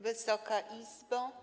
Wysoka Izbo!